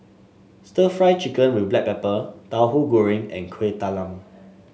stir Fry Chicken with Black Pepper Tauhu Goreng and Kueh Talam